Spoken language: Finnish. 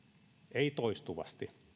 ei toistuvasti